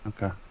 Okay